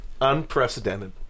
Unprecedented